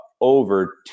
over